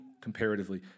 Comparatively